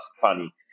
funny